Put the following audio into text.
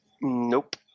Nope